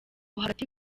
hagati